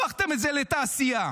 הפכתם את זה לתעשייה.